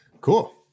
cool